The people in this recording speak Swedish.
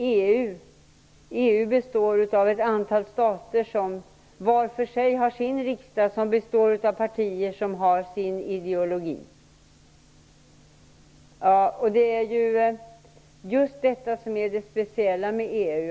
EU består av ett antal stater som var för sig har sin riksdag som består av partier som har sin ideologi. Det är just detta som är det speciella med EU.